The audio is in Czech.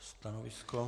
Stanovisko?